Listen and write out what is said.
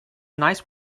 nice